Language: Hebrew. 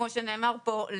כמו שנאמר פה,